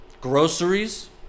groceries